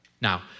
Now